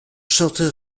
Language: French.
sortir